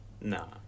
no